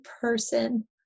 person